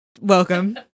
welcome